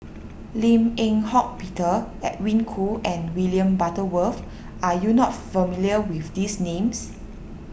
Lim Eng Hock Peter Edwin Koo and William Butterworth are you not familiar with these names